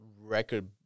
record